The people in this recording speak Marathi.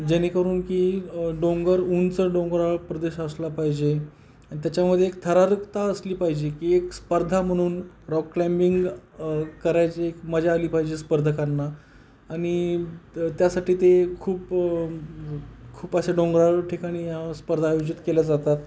जेणेकरून की डोंगर उंच डोंगराळ प्रदेश असला पाहिजे त्याच्यामध्ये एक थरारकता असली पाहिजे की एक स्पर्धा म्हणून रॉक क्लाइम्बिंग करायची एक मजा आली पाहिजे स्पर्धकांना आणि त्यासाठी ते खूप खूप असे डोंगराळ ठिकाणी या स्पर्धा आयोजित केल्या जातात